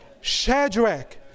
Shadrach